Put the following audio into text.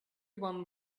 one